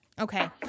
okay